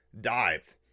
dive